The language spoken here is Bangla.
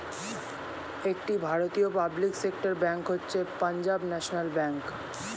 একটি ভারতীয় পাবলিক সেক্টর ব্যাঙ্ক হচ্ছে পাঞ্জাব ন্যাশনাল ব্যাঙ্ক